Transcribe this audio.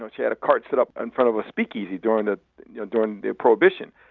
she had a cart set up in front of a speakeasy during ah during prohibition.